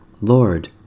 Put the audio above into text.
Lord